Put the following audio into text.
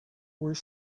were